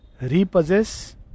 repossess